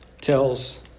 tells